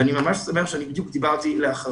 ואני ממש שמח שאני בדיוק מדבר אחריה.